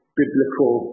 biblical